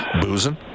boozing